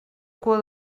cua